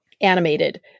Animated